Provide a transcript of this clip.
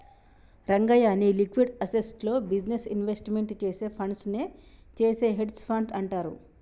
రంగయ్య, నీ liquid assets లో business investment చేసే ఫండ్స్ నే చేసే హెడ్జె ఫండ్ అంటారు